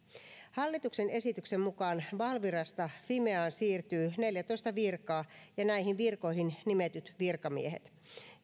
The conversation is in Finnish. hallituksen esityksen mukaan valvirasta fimeaan siirtyy neljätoista virkaa ja näihin virkoihin nimetyt virkamiehet